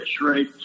right